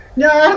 no